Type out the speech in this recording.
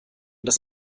dass